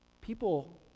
people